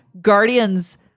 Guardians